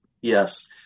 Yes